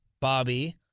Bobby